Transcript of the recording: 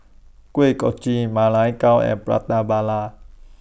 Kuih Kochi Ma Lai Gao and Prata